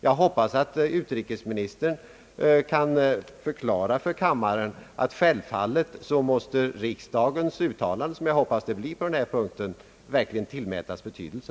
Jag hoppas att utrikesministern kan förklara för kammaren att riksdagens uttalande på denna punkt verkligen kommer att tillmätas betydelse.